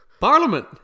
Parliament